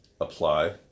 apply